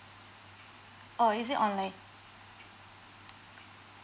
or is it online